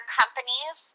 companies